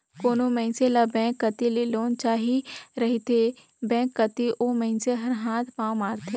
कोनो मइनसे ल बेंक कती ले लोन चाहिए रहथे बेंक कती ओ मइनसे हर हाथ पांव मारथे